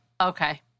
okay